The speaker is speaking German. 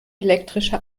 elektrische